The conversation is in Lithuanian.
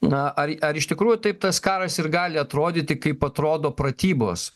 na ar ar iš tikrųjų taip tas karas ir gali atrodyti kaip atrodo pratybos